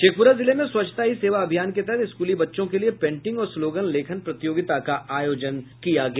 शेखपुरा जिले में स्वच्छता ही सेवा अभियान के तहत स्कूली बच्चों के लिये पेंटिंग और स्लोगन लेखन प्रतियोगिता का आयोजन किया गया